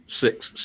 six